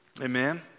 Amen